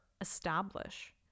establish